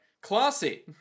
Classy